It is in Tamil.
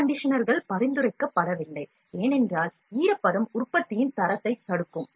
ஏர் கண்டிஷனர்கள் பரிந்துரைக்கப்படவில்லை ஏனென்றால் ஈரப்பதம் உற்பத்தியின் தரத்தை தடுக்கும்